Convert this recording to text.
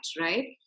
right